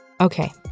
Okay